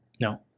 No